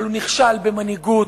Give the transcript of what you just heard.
אבל הוא נכשל במנהיגות,